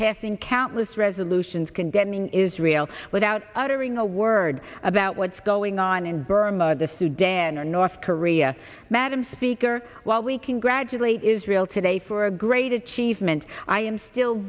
passing countless resolutions condemning israel without uttering a word about what's going on in burma the sudan or north korea madam speaker while we congratulate israel today for a great achievement i am still